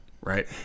Right